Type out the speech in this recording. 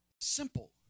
simple